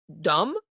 dumb